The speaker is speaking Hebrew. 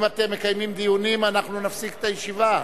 אם אתם מקיימים דיונים אנחנו נפסיק את הישיבה.